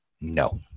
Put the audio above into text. No